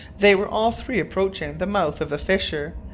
they were all three approaching the mouth of the fissure,